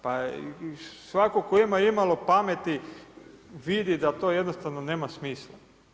Pa svako ko ima imalo pameti vidi da to jednostavno nema smisla.